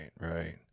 right